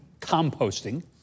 composting